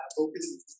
focuses